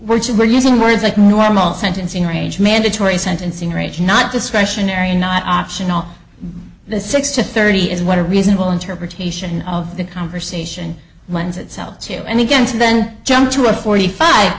you were using words like normal sentencing range mandatory sentencing range not discretionary not optional the six to thirty is what a reasonable interpretation of the conversation lends itself to and against then jumped to a forty five